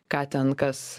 ką ten kas